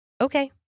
Okay